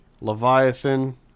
Leviathan